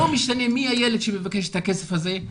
לא משנה מי הילד שמבקש את הכסף הזה,